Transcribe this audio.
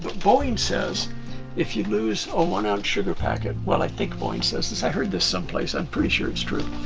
boeing says if you lose a one ounce sugar packet, well i think boeing says this, i heard this someplace i'm pretty sure it's true,